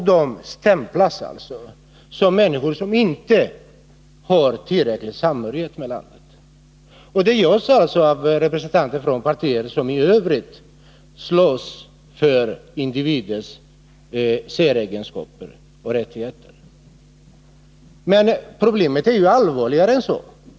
De stämplas som människor som inte känner tillräcklig samhörighet med landet. Och detta görs av representanter för partier som i Övrigt slåss för individens säregenskaper och rättigheter. Men problemet är allvarligare än så.